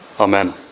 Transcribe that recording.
Amen